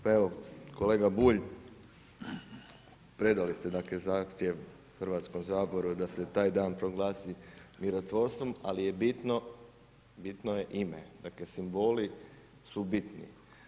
Pa evo kolega Bulj, predali ste dakle zahtjev Hrvatskom saboru da se taj dan proglasi mirotvorstvom, ali je bitno ime, bitno je ime, dakle simboli su bitni.